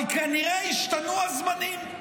אבל כנראה השתנו הזמנים.